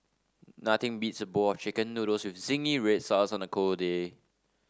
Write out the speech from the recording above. nothing beats a bowl of chicken noodles with zingy red sauce on a cold day